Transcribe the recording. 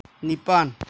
ꯅꯤꯄꯥꯟ